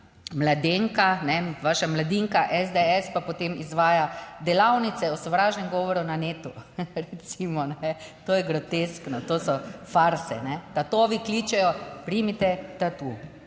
mladenka, vaša mladinka SDS, pa potem izvaja delavnice o sovražnem govoru na netu, recimo - to je groteskno, to so farse. Tatovi kličejo "primite tatu".